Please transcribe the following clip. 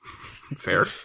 Fair